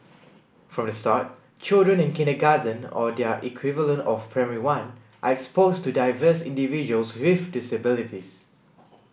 from the start children in kindergarten or their equivalent of primary one are exposed to diverse individuals with disabilities